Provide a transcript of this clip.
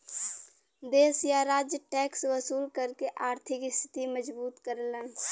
देश या राज्य टैक्स वसूल करके आर्थिक स्थिति मजबूत करलन